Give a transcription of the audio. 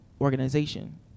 organization